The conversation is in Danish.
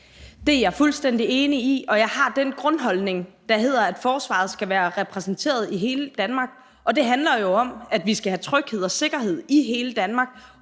Det er jeg fuldstændig enig i, og jeg har den grundholdning, der hedder, at forsvaret skal være repræsenteret i hele Danmark. Det handler jo om, at vi skal have tryghed og sikkerhed i hele Danmark,